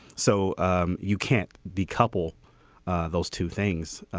so um you can't decouple those two things.